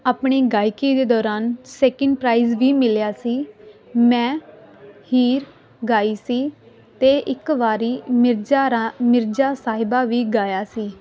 ਆਪਣੀ ਗਾਇਕੀ ਦੇ ਦੌਰਾਨ ਸੈਕਿੰਡ ਪ੍ਰਾਈਜ਼ ਵੀ ਮਿਲਿਆ ਸੀ ਮੈਂ ਹੀਰ ਗਾਈ ਸੀ ਅਤੇ ਇੱਕ ਵਾਰੀ ਮਿਰਜ਼ਾ ਰਾਂ ਮਿਰਜ਼ਾ ਸਾਹਿਬਾ ਵੀ ਗਾਇਆ ਸੀ